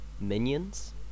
minions